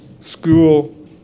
school